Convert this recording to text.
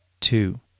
two